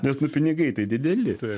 nes nu pinigai tai dideli